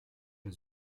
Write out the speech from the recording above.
der